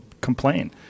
complain